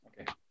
Okay